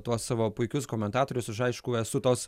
tuos savo puikius komentatorius aš aišku esu tos